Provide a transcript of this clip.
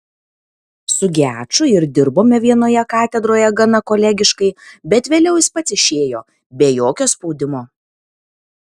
su geču ir dirbome vienoje katedroje gana kolegiškai bet vėliau jis pats išėjo be jokio spaudimo